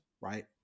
right